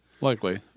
Likely